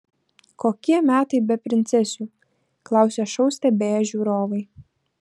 kokie metai be princesių klausė šou stebėję žiūrovai